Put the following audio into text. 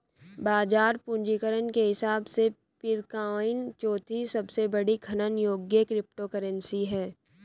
बाजार पूंजीकरण के हिसाब से पीरकॉइन चौथी सबसे बड़ी खनन योग्य क्रिप्टोकरेंसी है